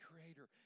creator